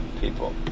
people